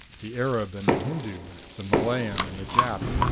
the arab and the hindu, the malayan and the jap,